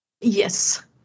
Yes